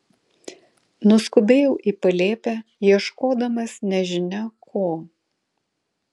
nuskubėjau į palėpę ieškodamas nežinia ko